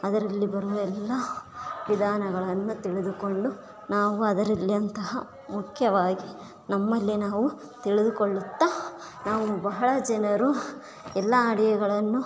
ಅದರಲ್ಲಿ ಬರುವ ಎಲ್ಲ ವಿಧಾನಗಳನ್ನು ತಿಳಿದುಕೊಂಡು ನಾವು ಅದರಲ್ಲಿ ಅಂತಹ ಮುಖ್ಯವಾಗಿ ನಮ್ಮಲ್ಲಿ ನಾವು ತಿಳಿದುಕೊಳ್ಳುತ್ತ ನಾವು ಬಹಳ ಜನರು ಎಲ್ಲ ಅಡುಗೆಗಳನ್ನು